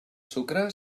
sucre